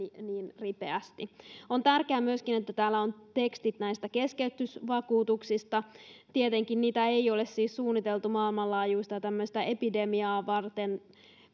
niin ripeästi on tärkeää myöskin että täällä on tekstit näistä keskeytysvakuutuksista tietenkään niitä ei ole suunniteltu tämmöistä maailmanlaajuista epidemiaa varten